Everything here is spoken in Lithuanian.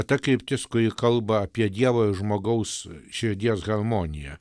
ta kryptis kuri kalba apie dievo ir žmogaus širdies harmoniją